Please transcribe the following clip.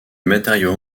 matériaux